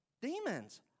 demons